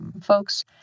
folks